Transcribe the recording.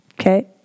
Okay